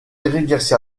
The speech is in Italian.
dirigersi